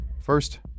First